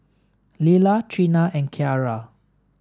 Lilah Treena and Kiarra